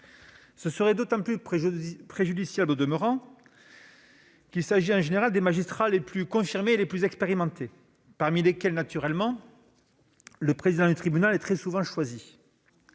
serait d'autant plus préjudiciable qu'il s'agit, en général, des magistrats les plus confirmés et les plus expérimentés, parmi lesquels- naturellement -le président du tribunal est très souvent choisi.